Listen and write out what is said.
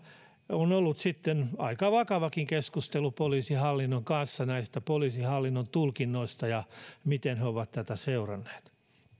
on ollut sitten aika vakavakin keskustelu poliisihallinnon kanssa näistä poliisihallinnon tulkinnoista ja siitä miten he ovat tätä seuranneet